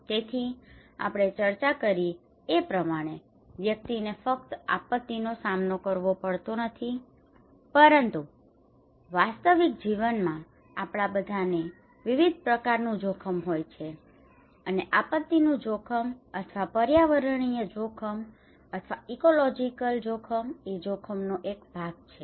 તેથી આપણે ચર્ચા કરી એ પ્રમાણે વ્યક્તિને ફક્ત આપત્તિનો સામનો કરવો પડતો નથી પરંતુ વાસ્તવિક જીવનમાં આપણાં બધાંને વિવિધ પ્રકારનું જોખમ હોય છે અને આપત્તિનું જોખમ અથવા પર્યાવરણીય જોખમ અથવા ઇકોલોજીકલ ecological પરિસ્થિતિવિષયક જોખમ એ જોખમનો માત્ર એક ભાગ છે